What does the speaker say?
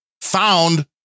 found